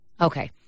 Okay